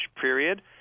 period